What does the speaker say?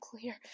clear